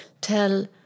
tell